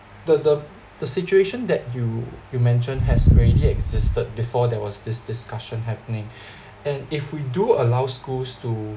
the the the situation that you you mentioned has already existed before there was this discussion happening and if we do allow schools too